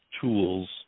tools